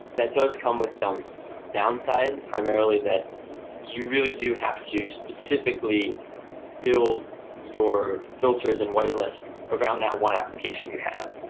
that does come with some downsides, primarily that you really do have to specifically build your filters and white lists around that one application you have.